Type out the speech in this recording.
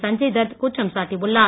சஞ்சயத் தர்த் குற்றம் சாட்டியுள்ளார்